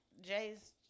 Jay's